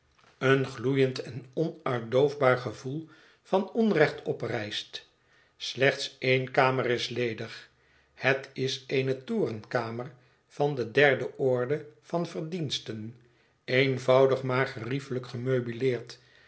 een gloeiend en onuitdoofbaar gevoel van onrecht oprijst slechts eene kamer is ledig het is eene torenkamer van de derde orde van verdiensten eenvoudig maar geriefelijk